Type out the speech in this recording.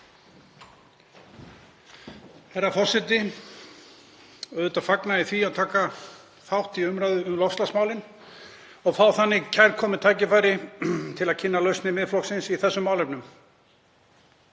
Herra forseti. Auðvitað fagna ég því að taka þátt í umræðu um loftslagsmálin og fá þannig kærkomið tækifæri til að kynna lausnir Miðflokksins í þessum málefnum.